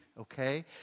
okay